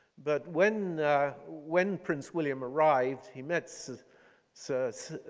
but when when prince william arrived, he met sir sir